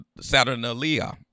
Saturnalia